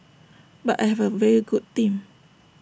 but I have A very good team